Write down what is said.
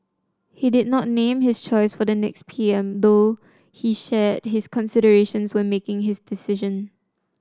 he did not name his choice for the next P M though he shared his considerations when making his decision